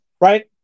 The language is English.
right